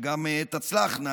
שגם תצלחנה